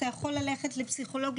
אתה יכול ללכת לפסיכולוג,